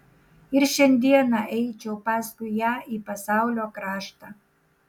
ir šiandieną eičiau paskui ją į pasaulio kraštą